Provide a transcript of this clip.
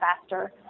faster